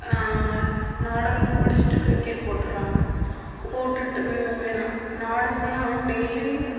நாடகத்தை முடிச்சுட்டு கிரிக்கெட் போட்டுறாங்க போட்டுவிட்டு நாடகமெலாம் டெய்லியும்